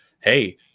hey